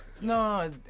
No